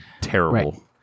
terrible